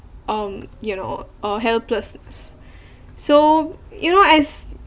um you know uh helpless so you know as